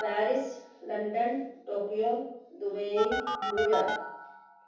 Paris London Tokyo Dubai New York